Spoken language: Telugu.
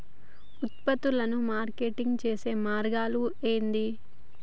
ఉత్పత్తులను మార్కెటింగ్ చేసే మార్గాలు ఏంది?